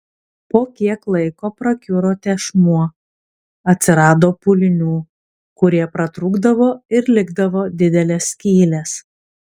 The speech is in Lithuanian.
po kiek laiko prakiuro tešmuo atsirado pūlinių kurie pratrūkdavo ir likdavo didelės skylės